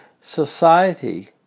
society